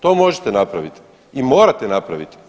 To možete napravit i morate napravit.